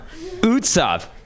UTSAV